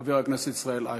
חבר הכנסת ישראל אייכלר.